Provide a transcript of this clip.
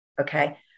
okay